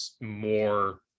more